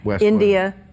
India